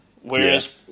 Whereas